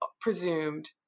presumed